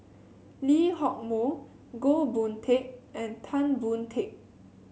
Lee Hock Moh Goh Boon Teck and Tan Boon Teik